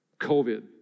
COVID